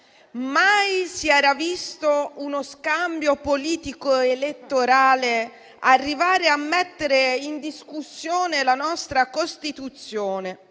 Mai si era visto uno scambio politico-elettorale arrivare a mettere in discussione la nostra Costituzione.